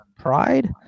pride